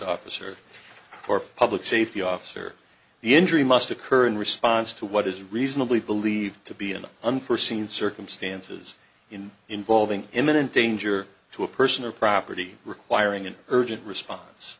officer for public safety officer the injury must occur in response to what is reasonably believed to be an unforeseen circumstances in involving imminent danger to a person or property requiring an urgent response